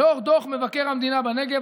לאור דוח מבקר המדינה בנגב,